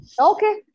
Okay